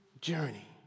journey